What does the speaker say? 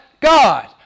God